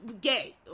gay